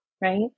right